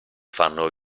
fanno